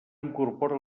incorpora